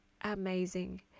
amazing